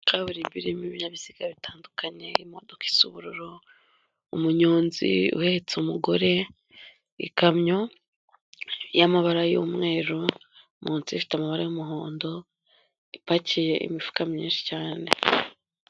Kaburimbo irimo ibinyabiziga bitandukanye imodoka isa ubururu, umunyonzi uhetse umugore, ikamyo y'amabara y'umweru, munsi ifite amabara y'umuhondo, ipakiye imifuka myinshi cyane.